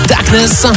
Darkness